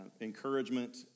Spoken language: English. encouragement